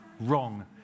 wrong